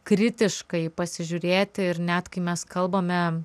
kritiškai pasižiūrėti ir net kai mes kalbame